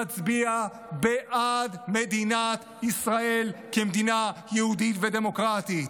מצביע בעד מדינת ישראל כמדינה יהודית ודמוקרטית,